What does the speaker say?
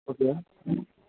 okay